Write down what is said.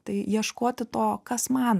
tai ieškoti to kas man